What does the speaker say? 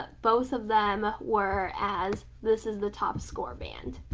ah both of them were as this is the top score band.